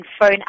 phone